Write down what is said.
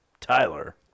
Tyler